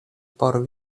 por